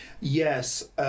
Yes